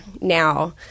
now